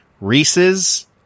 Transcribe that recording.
Reese's